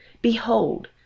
Behold